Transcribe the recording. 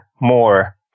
more